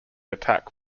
attack